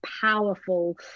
powerful